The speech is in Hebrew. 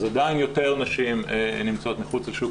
אז עדיין יותר נשים נמצאות מחוץ לשוק